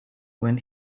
when